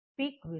peak విలువ